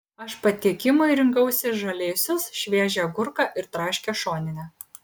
aš patiekimui rinkausi žalėsius šviežią agurką ir traškią šoninę